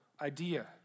idea